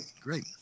great